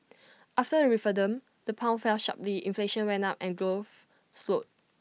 after the referendum the pound fell sharply inflation went up and growth slowed